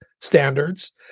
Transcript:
standards